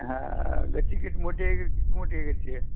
हा गच्ची किती मोठी आहे किती मोठी आहे गच्ची आहे